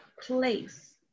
place